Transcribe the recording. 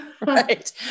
Right